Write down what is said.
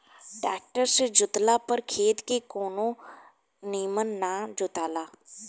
tractor से जोतला पर खेत के कोना निमन ना जोताला